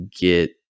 get